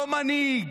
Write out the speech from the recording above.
לא מנהיג,